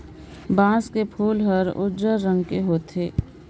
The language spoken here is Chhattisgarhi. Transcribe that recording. बांस के फूल हर उजर रंग के होथे